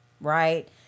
Right